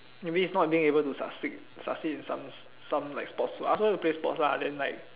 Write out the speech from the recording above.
you mean is not being able to succeed succeed in some some like sports I also like to play sports lah then like